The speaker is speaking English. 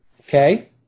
Okay